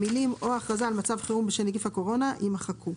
המילים "או הכרזה על מצב חירום בשל נגיף הקורונה" יימחקו,